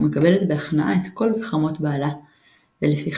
ומקבלת בהכנעה את כל גחמות בעלה ולפיכך